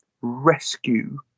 rescue